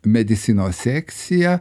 medicinos sekcija